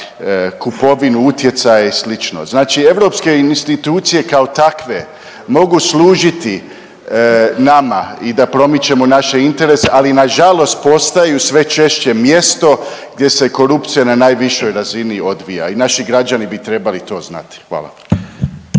kupovinu utjecaja i slično. Znači europske institucije kao takve mogu služiti nama i da promičemo naše interese, ali nažalost postaju sve češće mjesto gdje se korupcija na najvišoj razini odvija i naši građani bi trebali to znati, hvala.